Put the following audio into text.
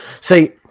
See